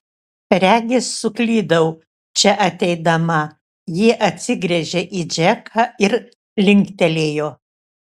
regis suklydau čia ateidama ji atsigręžė į džeką ir linktelėjo